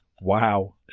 Wow